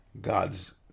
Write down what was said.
god's